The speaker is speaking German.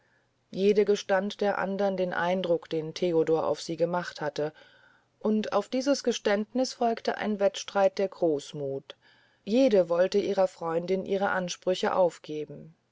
jede gestand der andern den eindruck den theodor auf sie gemacht hatte und auf dieses geständniß folgte ein wettstreit der großmuth jede wollte ihrer freundin ihre ansprüche aufgeben